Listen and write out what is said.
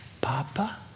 Papa